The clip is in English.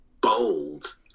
bold